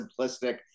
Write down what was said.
simplistic